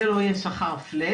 זה לא יהיה שכר פלט,